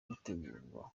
gutegurwa